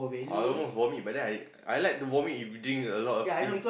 I almost vomit but then I I like to vomit if drink a lot of drinks